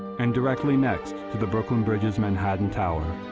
and directly next to the brooklyn bridge's manhattan tower.